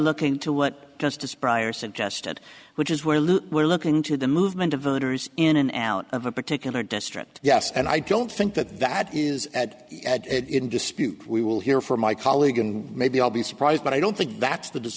looking to what justice pryor suggested which is where we're looking to the movement of voters in an alley of a particular district yes and i don't think that that is at it in dispute we will hear from my colleague and maybe i'll be surprised but i don't think that's the